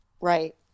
right